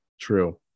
true